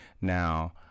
Now